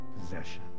possession